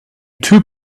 two